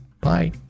Bye